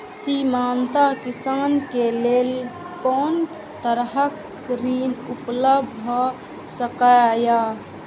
सीमांत किसान के लेल कोन तरहक ऋण उपलब्ध भ सकेया?